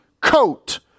coat